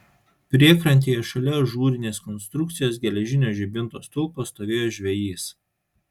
priekrantėje šalia ažūrinės konstrukcijos geležinio žibinto stulpo stovėjo žvejys